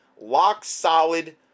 lock-solid